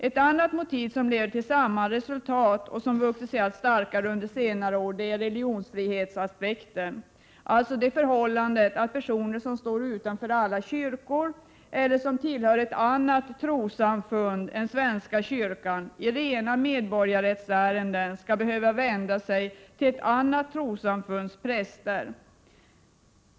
Ett annat motiv, som leder till samma resultat och som vuxit sig allt starkare under senare år, är religionsfrihetsaspekten, dvs. det förhållandet att personer som står utanför alla kyrkor eller tillhör ett annat trossamfund än svenska kyrkan, i rena medborgarrättsärenden skall behöva vända sig till ett annat trossamfunds präster.